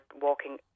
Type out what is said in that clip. walking